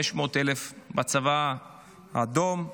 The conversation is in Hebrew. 500,000 בצבא האדום,